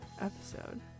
episode